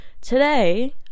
Today